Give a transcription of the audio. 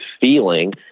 feeling